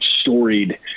storied